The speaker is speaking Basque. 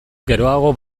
geroago